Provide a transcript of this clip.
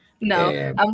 No